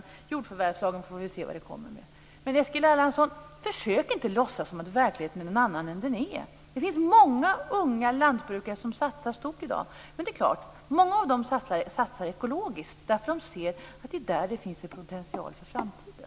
Vi får se vad jordförvärvslagen kommer med. Men försök inte låtsas som att verkligheten är någon annan än den är, Eskil Erlandsson! Det finns många unga lantbrukare som satsar stort i dag. Men det är klart - många av dem satsar ekologiskt därför att de ser att det är där det finns en potential för framtiden.